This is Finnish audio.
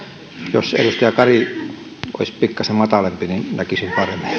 jos edustaja kari olisi pikkasen matalampi niin näkisi